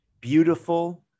beautiful